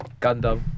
Gundam